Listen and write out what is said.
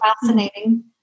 Fascinating